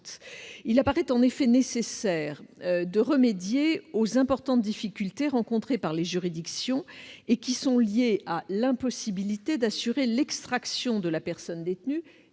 Il apparaît en effet nécessaire de remédier aux importantes difficultés que rencontrent les juridictions et qui sont liées à l'impossibilité d'assurer l'extraction de la personne détenue